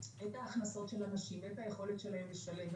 הכנסות של אנשים ואת היכולת שלהם לשלם.